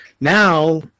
now